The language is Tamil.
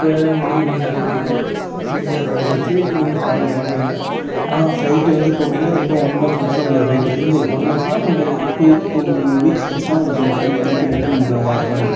இப்போ உங்களுக்கு வீசா கிடச்சிச்சி வீசா கிடச்சிருச்சி இப்போ நீங்கள் ஃபாரின் கிளம்புறீங்க ஆனால் ஃப்ளைட்டு வந்து இப்போ விட்டிங்கன்னா திருப்பி ஒன் மந்த் கழிச்சு தான் உங்களுக்கு ஃப்ளைட்டு இந்த ஒன் மந்த்ஸ்ன்னா ஒரு டூ டூ வீக்ஸ் கழிச்சு தான் உங்களுக்கு அந்த ஃப்ளைட் திருப்பி ரிட்டர்ன் இங்கே வருது